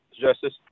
Justice